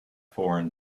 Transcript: foreign